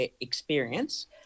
Experience